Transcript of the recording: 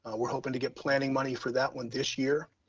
ah we're hoping to get planning money for that one this year.